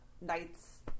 nights